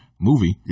movie